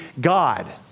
God